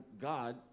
God